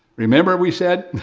remember we said,